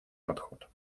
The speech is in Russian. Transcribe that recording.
подход